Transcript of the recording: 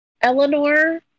eleanor